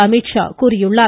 அமீத்ஷா கூறியுள்ளார்